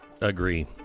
Agree